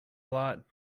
lot